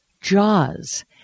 Jaws